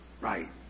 Right